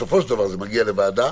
בסופו של דבר זה מגיע לוועדה,